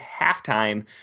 halftime